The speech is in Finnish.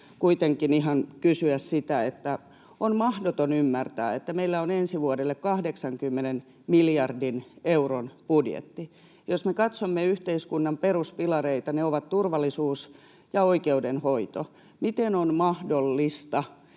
kuitenkin ihan kysyä sitä, kun on mahdoton ymmärtää, että kun meillä on ensi vuodelle 80 miljardin euron budjetti, ja jos me katsomme yhteiskunnan peruspilareita, niin ne ovat turvallisuus ja oikeudenhoito, niin miten on mahdollista,